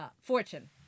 fortune